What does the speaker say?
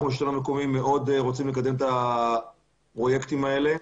אנחנו מאוד רוצים לקדם את הפרויקטים האלה.